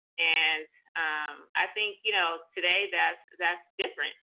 and i think you know today that's that's different.